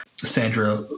Sandra